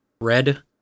Red